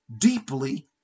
deeply